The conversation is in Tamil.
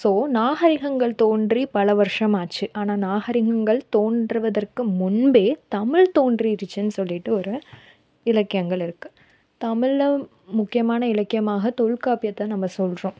ஸோ நாகரிகங்கள் தோன்றி பல வருஷம் ஆச்சு ஆனால் நாகரிகங்கள் தோன்றுவதற்கு முன்பே தமிழ் தோன்றிடுச்சுன்னு சொல்லிகிட்டு ஒரு இலக்கியங்கள் இருக்குது தமிழில் முக்கியமான இலக்கியமாக தொல்காப்பியத்தை நம்ம சொல்கிறோம்